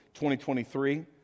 2023